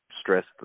stress